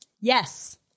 Yes